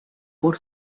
por